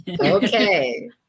Okay